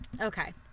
Okay